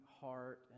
heart